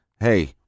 hey